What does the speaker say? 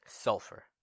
Sulfur